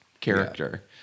character